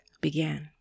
began